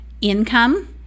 Income